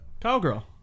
cowgirl